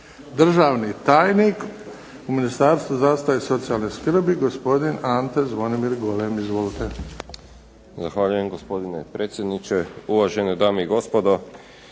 Državni tajnik u Ministarstvu zdravstva i socijalne skrbi, gospodin Ante Zvonimir Golem. Izvolite.